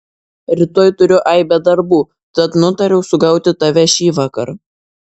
rytoj turiu aibę darbų tad nutariau sugauti tave šįvakar